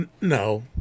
No